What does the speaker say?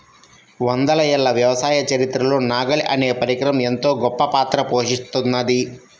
వందల ఏళ్ల వ్యవసాయ చరిత్రలో నాగలి అనే పరికరం ఎంతో గొప్పపాత్ర పోషిత్తున్నది